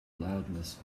loudness